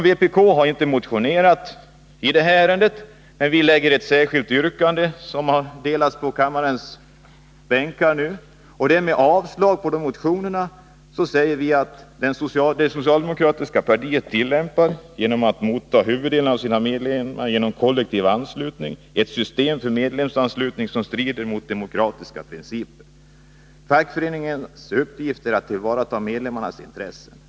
Vpk har inte motionerat i detta ärende men lägger fram ett särskilt yrkande, som nu delas ut till kammarens ledamöter. Det socialdemokratiska partiet tillämpar, genom att motta huvuddelen av sina medlemmar genom kollektiv anslutning, ett system för medlemsanslutning som strider mot demokratiska principer. Fackföreningarnas uppgift är att tillvarata medlemmarnas intressen.